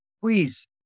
Please